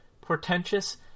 portentous